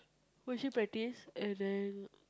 worship practice and then